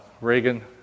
Reagan